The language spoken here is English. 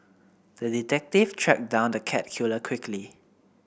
the detective tracked down the cat killer quickly